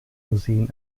museen